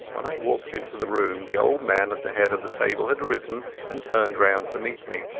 when i walked into the room the old man at the head of the table had risen and turned round to meet me.